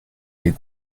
des